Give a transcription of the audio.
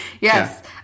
Yes